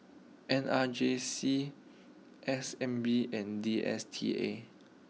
N R J C S N B and D S T A